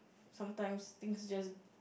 sometimes things just